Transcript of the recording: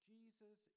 Jesus